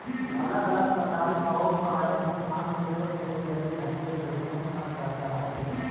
अलग अलग सरकारी औउर प्राइवेट संस्थान में निवेश कईल गेलई धन के इन्वेस्टमेंट फंड कहल जा हई